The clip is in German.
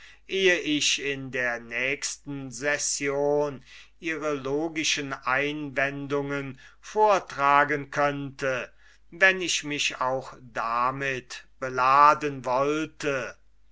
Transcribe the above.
ich in der nächsten session ihre logikalischen einwendungen vortragen könnte wenn ich mich auch damit beladen wollte